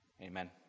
amen